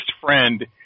friend